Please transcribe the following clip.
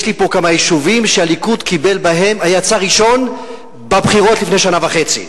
יש לי כמה יישובים שהליכוד יצא בהם ראשון בבחירות לפני שנה וחצי.